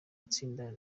itsinda